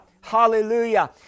hallelujah